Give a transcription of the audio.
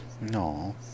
No